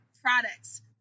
products